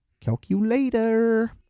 Calculator